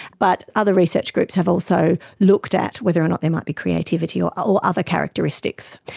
but other research groups have also looked at whether or not there might be creativity or or other characteristics.